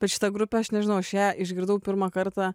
bet šitą grupę aš nežinau aš ją išgirdau pirmą kartą